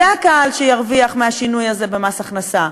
זה הקהל שירוויח מהשינוי הזה במס הכנסה.